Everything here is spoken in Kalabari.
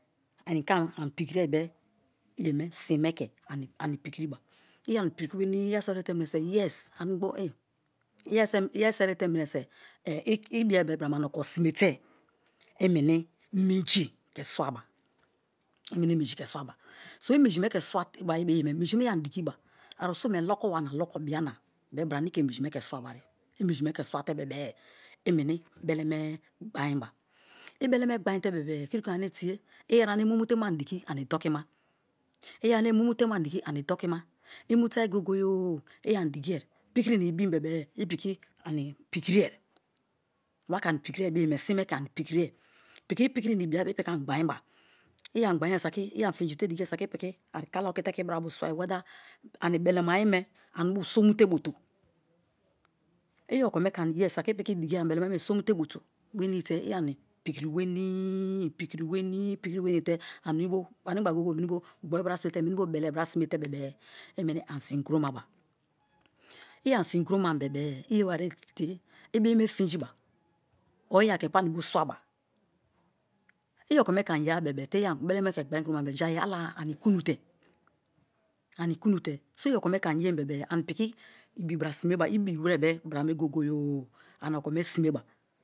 Ike ani pikire be sinme ke ani pikiriba i ani pi̱ki̱ri wenii i yeriso erite meni̱so ibiye be brame ani oko sime-te i̱ meni minji ke swaba, so i minji me ke swabai ye me minji me i̱ ani di̱ki̱ba arusun me loko-ba na lokobia na bra ane i̱ ke minjime ke swawa riye i minji me ke swate bebe-e i meni beleme gbainba, i beleme gbain te bebe kiri ko̱nye ane tiye ane i mumu te ani diki ani dokima i mu saki goye-goye-o̱ i̱ ani dikie pikiri na ibim bebe-e i piki ani pikirie wa ke ani pikirie bo yeme si̱n me ke ani pikirie i̱ piki pilari na biya be-e i piki ani gbainba i ani gbain saki, i ani finj te dikie i piki kala okite ke ibrabo swai wether ani belemayeme aribo somu te butu i okome ke ani ye saki i̱ pi̱ki̱ dikiye ani belemaye somute butu wenii te i ani pikiri wenii animgba goye goye meni no gborubia simete meni bo bele bra sime te bebe i meni ani sin kromaba i ani sin kroma be-e iyewave tie i̱ bi̱i̱ me finjiba or i̱ ani ke panibo swaba i okome ke ani ye bebe-e bele me ke gbain kroman bebe-e jai ala-a ani kunute so̱ i̱ okome ke ami ani yem bebe-e ini piki ibi braa simeba ị binere be bra me goye-goye o̱ ani oko me sime ba.